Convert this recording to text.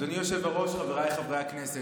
אדוני היושב-ראש, חבריי חברי הכנסת,